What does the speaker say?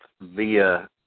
via